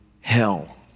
hell